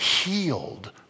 healed